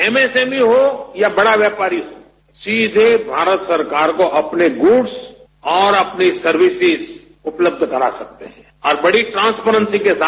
MSME हो या बड़ा व्यापारी हो सीधे भारत सरकार को अपने गुड्स और अपनी सर्विसिस उपलब्ध करा सकते है और बडी ट्रांसपेरसी के साथ